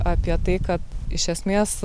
apie tai kad iš esmės